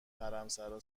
حرمسرا